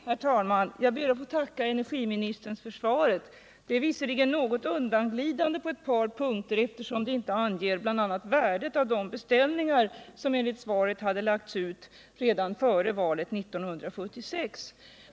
Herr talman! Jag ber att få tacka energiministern för svaret. Det är visserligen något undanglidande på ett par punkter, eftersom där inte anges bl.a. värdet av de beställningar som enligt svaret hade lagts ut redan före valet 1976.